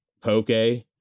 poke